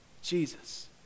Jesus